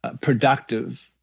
productive